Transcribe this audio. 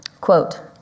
Quote